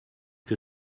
que